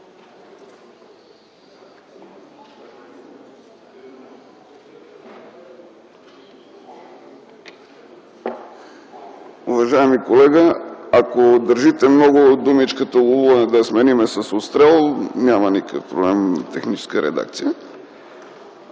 Уважаеми колега, ако държите много думата „ловуване” да я сменим с „отстрел”, няма никакъв проблем – техническа редакция.